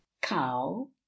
Cow